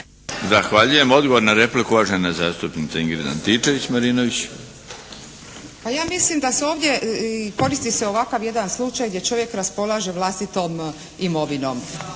Zahvaljujem. Odgovor na repliku uvažena zastupnica Ingrid Antičević-Marinović. **Antičević Marinović, Ingrid (SDP)** Pa ja mislim da se ovdje koristi ovakav jedan slučaj gdje čovjek raspolaže vlastitom imovinom.